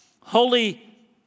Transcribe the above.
holy